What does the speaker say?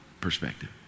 perspective